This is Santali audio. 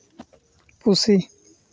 ᱯᱩᱥᱤ